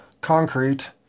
concrete